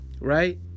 Right